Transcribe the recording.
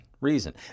reason